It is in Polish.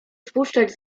spuszczać